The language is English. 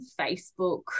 Facebook